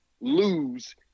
lose